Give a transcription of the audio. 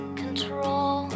control